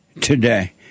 Today